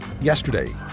Yesterday